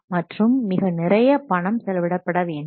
மற்றும் மிக நிறைய பணம் செலவிடப்பட வேண்டும்